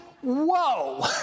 Whoa